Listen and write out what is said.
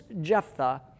Jephthah